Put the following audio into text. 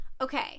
okay